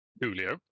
Julio